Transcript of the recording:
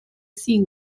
sin